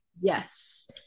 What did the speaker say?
Yes